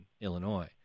Illinois